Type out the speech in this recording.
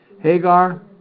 Hagar